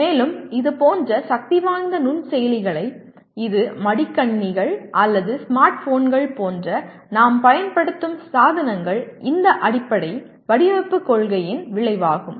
மேலும் இதுபோன்ற சக்திவாய்ந்த நுண்செயலிகளை இது மடிக்கணினிகள் அல்லது ஸ்மார்ட்போன்கள் போன்ற நாம் பயன்படுத்தும் சாதனங்கள் இந்த அடிப்படை வடிவமைப்புக் கொள்கையின் விளைவாகும்